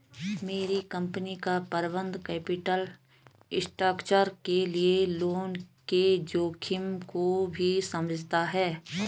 मेरी कंपनी का प्रबंधन कैपिटल स्ट्रक्चर के लिए लोन के जोखिम को भी समझता है